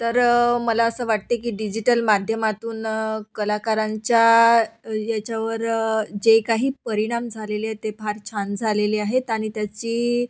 तर मला असं वाटते की डिजिटल माध्यमातून कलाकारांच्या अ याच्यावर जे काही परिणाम झालेले आहे ते फार छान झालेले आहेत आणि त्याची